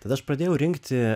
tada aš pradėjau rinkti